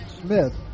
Smith